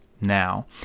now